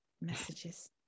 messages